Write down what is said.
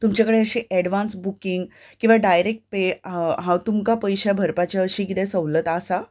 तुमचे कडेन अशी एडवांस बुकींग किंवां डायरेक्ट पे हांव तुमकां पयशे भरपाचे अशी कितें सवलत आसा